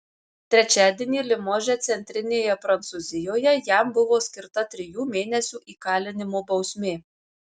trečiadienį limože centrinėje prancūzijoje jam buvo skirta trijų mėnesių įkalinimo bausmė